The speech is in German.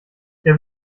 der